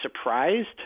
surprised